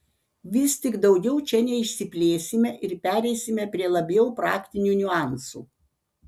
vis tik daugiau čia neišsiplėsime ir pereisime prie labiau praktinių niuansų